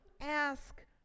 ask